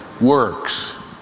works